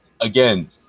Again